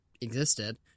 existed